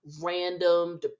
random